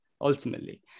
ultimately